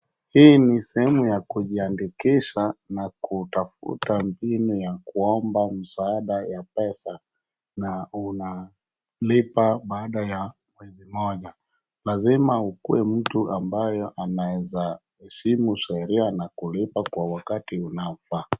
Hii ni sehemu ya kujiandikisha na kutafuta mbinu ya kuomba msaada ya pesa na unalipa baada ya wiki moja. Lazima ukuwe mtu ambaye anaheshimu sheria na anaeza lipa kwa wakati unaofaa.